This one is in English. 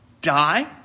die